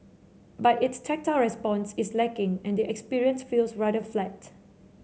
but its tactile response is lacking and the experience feels rather flat